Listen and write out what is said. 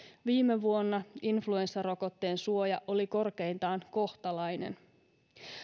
viime vuonna influenssarokotteen suoja oli korkeintaan kohtalainen